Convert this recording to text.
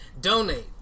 donate